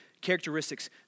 characteristics